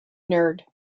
nerd